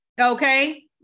Okay